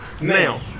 Now